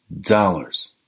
dollars